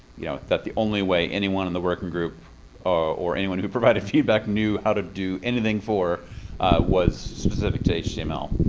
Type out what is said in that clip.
you know, that the only way anyone in the working group or or anyone who provided feedback knew how to do anything for was specific to html.